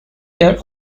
their